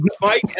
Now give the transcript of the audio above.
Mike